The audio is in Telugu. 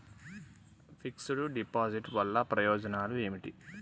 ఫిక్స్ డ్ డిపాజిట్ వల్ల ప్రయోజనాలు ఏమిటి?